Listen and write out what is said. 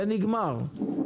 זה נגמר.